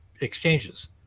exchanges